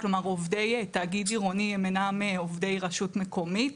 כלומר עובדי תאגיד עירוני הם אינם עובדי רשות מקומית,